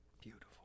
Beautiful